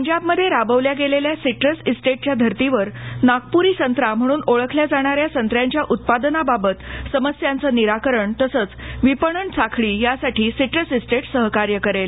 पंजाबमध्ये राबवल्या गेलेल्या सीटूस इस्टेटच्या धर्तीवर नागपुरी संत्रा म्हणून ओळखल्या जाणाऱ्या संत्र्यांच्या उत्पादनाबाबत समस्यांचं निराकरण तसंच विपणन साखळी यासाठी सीट्रस इस्टेट सहकार्य करेल